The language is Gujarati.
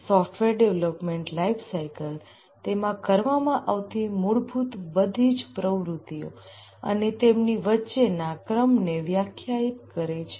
સોફ્ટવેર ડેવલપમેન્ટ લાઈફસાઈકલ તેમાં કરવામાં આવતી બધી મૂળભૂત પ્રવૃત્તિઓ અને તેમની વચ્ચેના ક્રમને વ્યાખ્યાયિત કરે છે